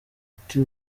ati